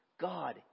God